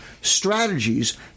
strategies